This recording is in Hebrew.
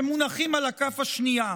שמונחים על הכף השנייה.